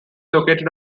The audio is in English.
located